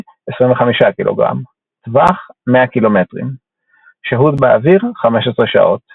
25 ק"ג טווח 100 ק"מ שהות באוויר 15 שעות